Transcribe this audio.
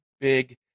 big